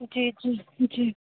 जी जी जी